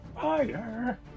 Fire